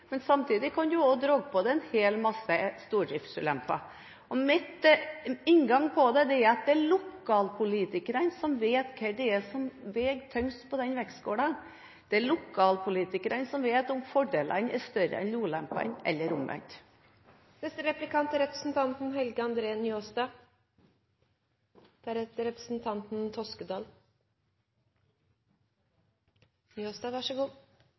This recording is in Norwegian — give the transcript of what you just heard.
Men samtidig kan man også dra på seg en del stordriftsulemper. Min inngang til det er at det er lokalpolitikerne som vet hva som veier tyngst på den vektskålen. Det er lokalpolitikerne som vet om fordelene er større enn ulempene, eller omvendt. Representanten Greni sa i replikkordskiftet no at det er